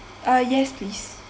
uh yes please